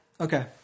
Okay